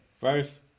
First